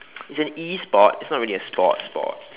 it's an E sport it's not really a sport sport